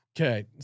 okay